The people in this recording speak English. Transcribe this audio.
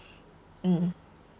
mm